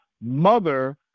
Mother